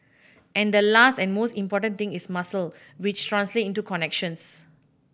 and the last and most important thing is muscle which translate into connections